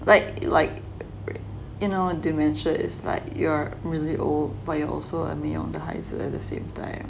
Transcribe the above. like like you know dementia is like you're really old but you're also a 没用的孩子 at the same time